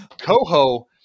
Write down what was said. coho